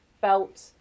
felt